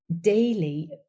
daily